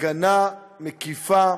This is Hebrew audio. הגנה מקיפה.